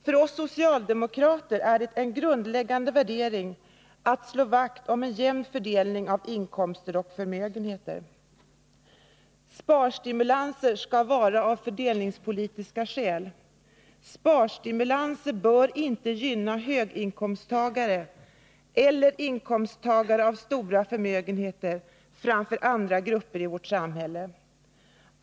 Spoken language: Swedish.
För oss socialdemokrater är det en grundläggande värdering att slå vakt om en jämn fördelning av inkomster och förmögenheter. Sparstimulanser skall bygga på fördelningspolitiska skäl. Sparstimulanser bör inte gynna höginkomsttagare eller innehavare av stora förmögenheter framför andra grupper i vårt samhälle.